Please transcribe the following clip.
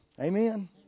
Amen